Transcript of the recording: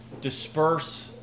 disperse